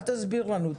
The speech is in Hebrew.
אל תסביר לנו.